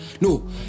no